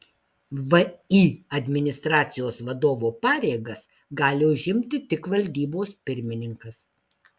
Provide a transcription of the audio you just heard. vį administracijos vadovo pareigas gali užimti tik valdybos pirmininkas